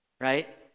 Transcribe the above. Right